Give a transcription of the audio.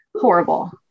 Horrible